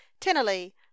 tennelly